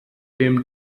dem